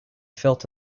felt